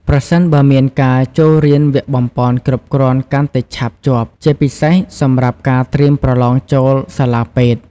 ប្រសិនបើមានការចូលរៀនវគ្គបំប៉នគ្រប់គ្រាន់កាន់តែឆាប់ជាប់ ជាពិសេសសម្រាប់ការត្រៀមប្រឡងចូលសាលាពេទ្យ។